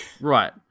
Right